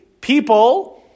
people